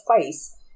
place